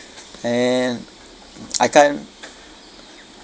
and I can't